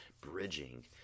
bridging